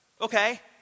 Okay